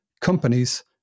companies